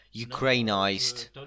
Ukrainized